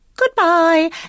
Goodbye